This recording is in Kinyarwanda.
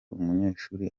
umunyeshuli